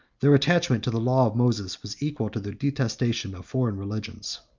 their attachment to the law of moses was equal to their detestation of foreign religions.